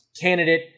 candidate